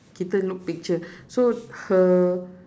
kita look picture so her